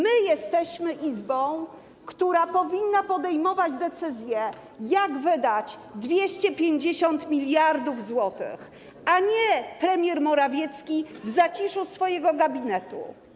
My jesteśmy Izbą, która powinna podejmować decyzje, jak wydać 250 mld zł, a nie premier Morawiecki w zaciszu swojego gabinetu.